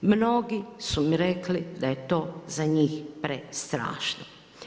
Mnogi su mi rekli da je to za njih prestrašno.